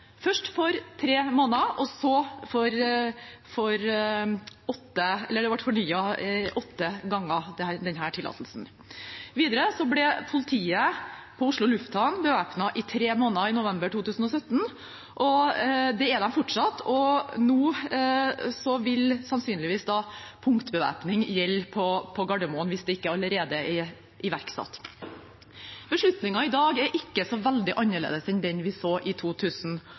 først for tre måneder. Denne tillatelsen ble fornyet åtte ganger. Videre ble politiet på Oslo lufthavn i november 2017 bevæpnet i tre måneder, og det er de fortsatt. Nå vil sannsynligvis punktbevæpning gjelde på Gardermoen hvis det ikke allerede er iverksatt. Beslutningen i dag er ikke så veldig annerledes enn den vi så i